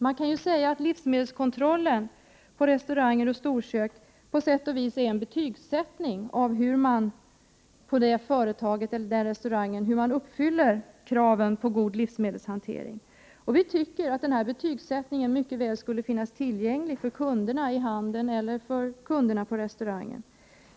Man kan ju säga att livsmedelskontrollen på restauranger och storkök på sätt och vis är en betygsättning av hur man på företaget eller restaurangen uppfyller kraven på god livsmedelshantering. Vi tycker att denna betygsättning skall finnas tillgänglig för kunderna i handeln eller för kunderna på restaurangerna.